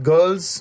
Girls